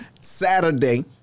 saturday